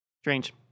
strange